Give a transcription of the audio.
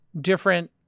different